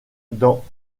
dans